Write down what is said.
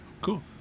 cool